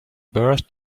birth